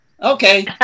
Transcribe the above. Okay